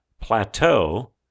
plateau